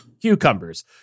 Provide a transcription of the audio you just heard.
cucumbers